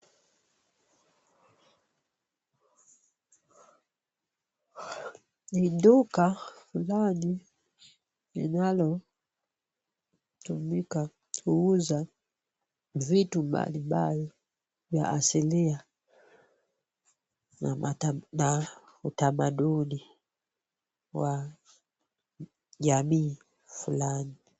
Ni duka fulani linalotumika kuuza vitu mbalimbali vya asilia na utamaduni wa jamii fulani.